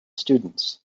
students